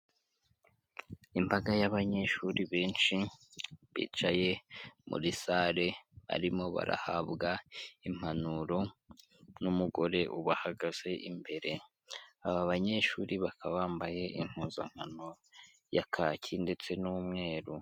Imbaga y'abanyeshuri benshi bicaye muri sare barimo barahabwa impanuro n'umugore bahagaze imbere, aba banyeshuri bakaba bambaye impuzankano ya kaki ndetse n'umweru.